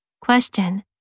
Question